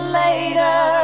later